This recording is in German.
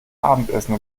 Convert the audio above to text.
abendessen